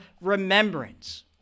remembrance